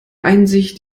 einsicht